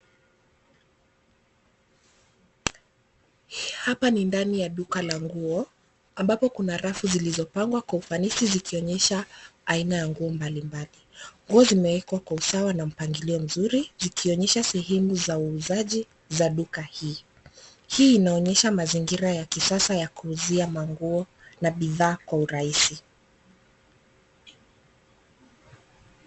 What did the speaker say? Hii hapa ni ndani ya duka la nguo ambapo kuna rafu zilizopangwa kwa ufanisi zikionyesha aina ya nguo mbalimbali. Nguo zimeekwa kwa usawa na mpangilio mzuri zikionyesha sehemu za uuzaji za duka hii. Hii inaonyesha mazingira ya kisasa ya kuuzia manguo na bidhaa kwa urahisi.